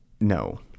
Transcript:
No